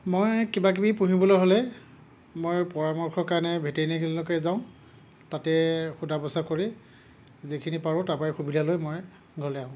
মই কিবা কিবি পঢ়িবলৈ হ'লে মই পৰামৰ্শৰ কাৰণে ভেটেনেৰী মেডিকেললৈকে যাওঁ তাতে সোধা পোছা কৰি যিখিনি পাৰোঁ তাৰপৰাই সুবিধা লৈ মই ঘৰলৈ আহোঁ